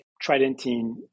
Tridentine